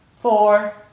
four